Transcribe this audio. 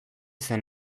zen